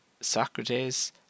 Socrates